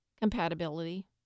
compatibility